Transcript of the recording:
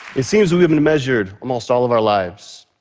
it seems we have been measured almost all of our lives,